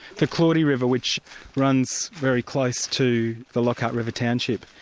the claudie river which runs very close to the lockhart river township,